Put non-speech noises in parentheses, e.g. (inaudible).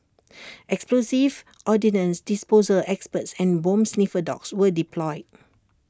(noise) explosives ordnance disposal experts and bomb sniffer dogs were deployed